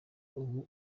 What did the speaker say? ubu